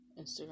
Instagram